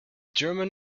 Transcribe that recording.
german